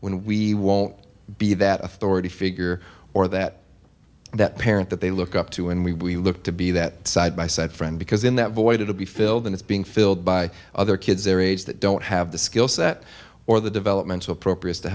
when we won't be that authority figure or that that parent that they look up to and we look to be that side by side friend because in that void to be filled in is being filled by other kids their age that don't have the skill set or the development to appropriate to